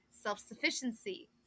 self-sufficiency